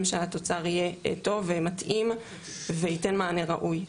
שהתוצר יהיה טוב ומתאים וייתן מענה ראוי.